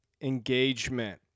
Engagement